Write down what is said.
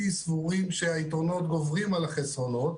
סבורים שהיתרונות גוברים על החסרונות.